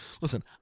listen